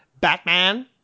batman